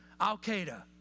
Al-Qaeda